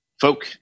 folk